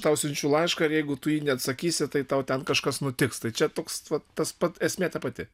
tau siunčiu laišką ir jeigu tu į jį neatsakysi tai tau ten kažkas nutiks tai čia toks vat tas pat esmė ta pati